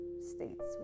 states